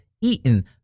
eaten